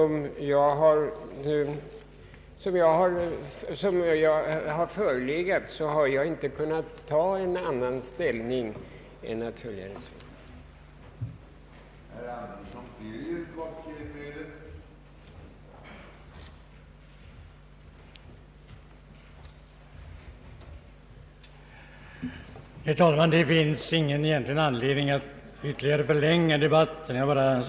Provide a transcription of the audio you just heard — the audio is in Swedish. Men med det siffermaterial som nu förelegat har jag inte kunnat göra annat än att biträda reservanternas förslag om en ytterligare höjning av bidragsramen.